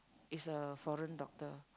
it's a foreign doctor